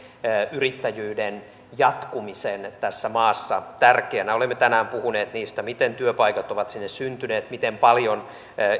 yrittäjyyden jatkumisen tässä maassa tärkeänä olemme tänään puhuneet siitä miten työpaikat ovat sinne syntyneet ja miten moni